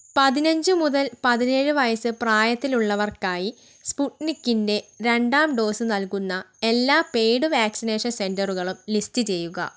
പതിനഞ്ച് മുതൽ പതിനേഴ് വയസ്സ് പ്രായത്തിലുള്ളവർക്കായി സ്പുട്നിക്കിന്റെ രണ്ടാം ഡോസ് നൽകുന്ന എല്ലാ പെയ്ഡ് വാക്സിനേഷൻ സെന്ററുകളും ലിസ്റ്റ് ചെയ്യുക